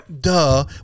duh